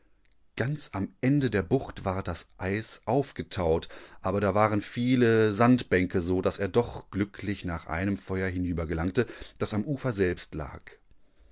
ganz am ende der bucht war das eis aufgetaut aber da waren viele sandbänke so daß er doch glücklich nach einem feuer hinüber gelangte das am ufer selbst lag